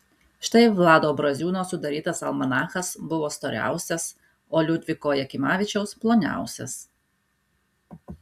štai vlado braziūno sudarytas almanachas buvo storiausias o liudviko jakimavičiaus ploniausias